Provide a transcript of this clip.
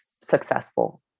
successful